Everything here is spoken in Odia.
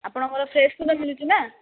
ଆପଣଙ୍କର ଫ୍ରେସ୍ ଫୁଲ ମିଳୁଛି ନା